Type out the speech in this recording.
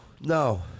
no